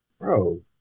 bro